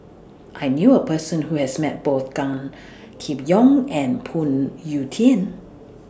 I knew A Person Who has Met Both Gan Kim Yong and Phoon Yew Tien